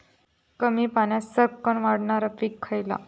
कमी पाण्यात सरक्कन वाढणारा पीक खयला?